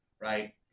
Right